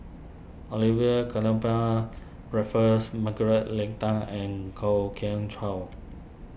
Olivia Raffles Margaret Leng Tan and Kwok Kian Chow